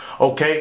okay